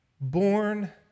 Born